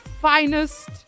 finest